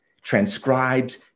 transcribed